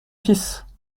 fils